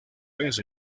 vez